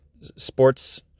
sports